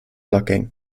locking